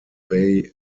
bay